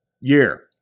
Year